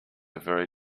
very